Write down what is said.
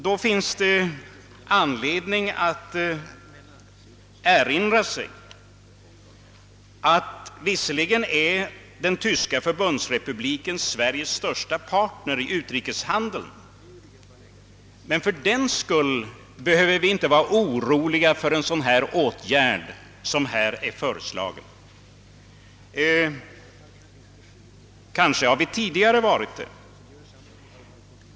Det finns anledning att erinra sig att vi — trots att den tyska förbundsrepubliken är Sveriges största partner i utrikeshandeln — inte behöver vara oroliga för en sådan åtgärd som föreslagits. Kanske har vi tidigare varit det.